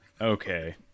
okay